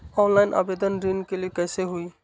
Online आवेदन ऋन के लिए कैसे हुई?